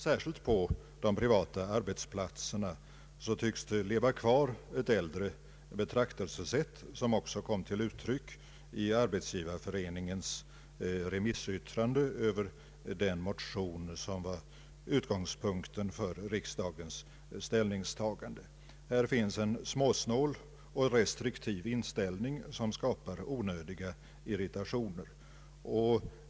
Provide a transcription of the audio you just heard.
Särskilt på de privata arbetsplatserna tycks det leva kvar ett äldre betraktelsesätt, vilket också kom till uttryck i Arbetsgivareföreningens yttrande över den motion, som var utgångspunkten för riksdagens ställningstagande. Här finns en småsnål och restriktiv inställning som skapar onödig irritation.